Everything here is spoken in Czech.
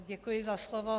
Děkuji za slovo.